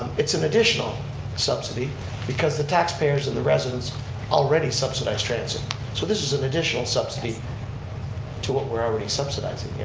it's an additional subsidy because the tax payers and the residents already subsidize transit so this is an additional subsidy to what we're already subsidizing,